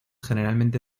generalmente